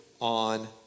on